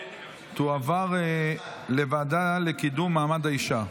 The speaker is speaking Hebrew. תועבר לוועדה לקידום מעמד האישה.